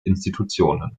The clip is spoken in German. institutionen